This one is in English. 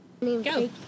Go